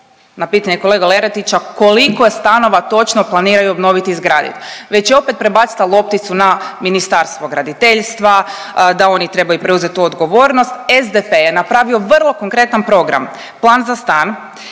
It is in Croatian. na pitanje kolege Lerotića, koliko stanova točno planiraju obnovit i izgradit, već je opet prebacila lopticu na Ministarstvo graditeljstva, da oni trebaju preuzet tu odgovornost. SDP je napravio vrlo konkretan program „plan za stan“